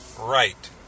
right